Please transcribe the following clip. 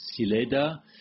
Sileda